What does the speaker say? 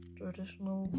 traditional